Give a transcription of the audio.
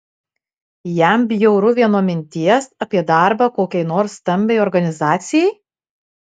jam bjauru vien nuo minties apie darbą kokiai nors stambiai organizacijai